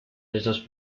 estos